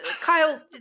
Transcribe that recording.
Kyle